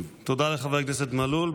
תודה לחבר הכנסת מלול.